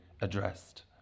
addressed